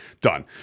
done